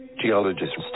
Geologists